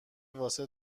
واسه